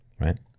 right